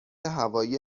هوایی